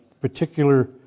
particular